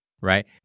Right